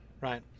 right